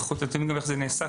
אתם יודעים איך זה נעשה,